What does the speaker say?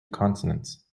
consonants